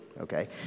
Okay